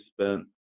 spent